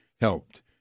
helped